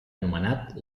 anomenat